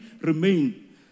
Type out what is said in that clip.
remain